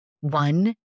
one